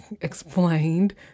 explained